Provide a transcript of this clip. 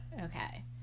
okay